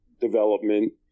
development